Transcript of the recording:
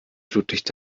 flutlicht